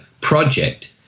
project